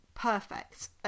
perfect